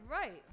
Right